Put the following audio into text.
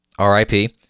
RIP